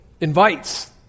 invites